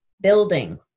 building